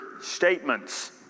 statements